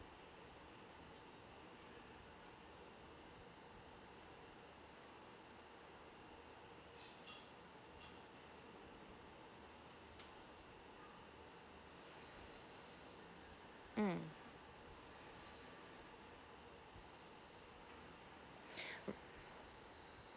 mm